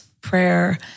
prayer